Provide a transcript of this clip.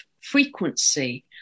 frequency